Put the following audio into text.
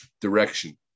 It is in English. direction